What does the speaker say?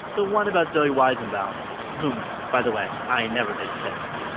the one about zoe wiezenboum whom, by the way, i never did kiss.